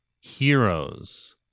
heroes